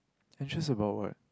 interest about what